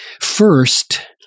First